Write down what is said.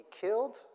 killed